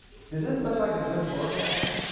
does this look like a good forecast?